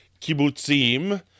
kibbutzim